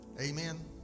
Amen